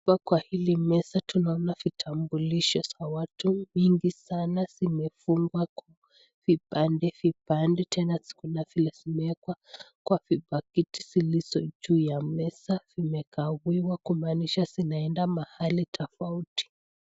Hapa kwa hili meza tunaona vitambulisho za watu vingi sana zimefungwa vipande vipande tena kuna vile zimeekwa kwa vipakiti zilizo juu ya meza, vimegawiwa kumaanisha zinaenda mahali tofauti.